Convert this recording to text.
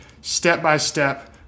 step-by-step